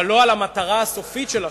אבל לא על המטרה הסופית, של שלום,